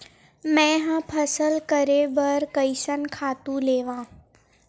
मैं ह फसल करे बर कइसन खातु लेवां?